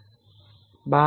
તોતે એક ઇન્ટિગ્રલ સમીકરણ છે